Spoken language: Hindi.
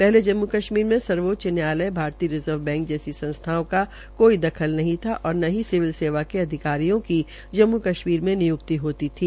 पहले जम्मू कश्मीर के सर्वोच्च न्यायालय भारतीय रिजर्व बैंक जैसी संस्थाओं का कोई दखल नहीं था और न ही सिविल सेवा के अधिकारियों की जम्मू कश्मीर में नि्यक्ति होनी थी